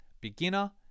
beginner